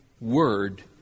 word